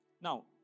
Now